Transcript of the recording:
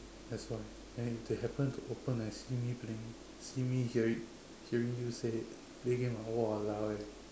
that's why and then if they happen to open and see me playing see me hear it hearing you say play game ah !waloa! eh